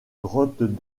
grottes